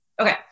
Okay